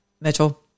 mitchell